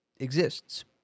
exists